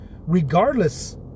regardless